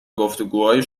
گفتگوهای